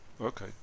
Okay